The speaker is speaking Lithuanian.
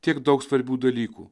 tiek daug svarbių dalykų